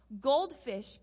goldfish